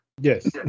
Yes